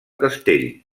castell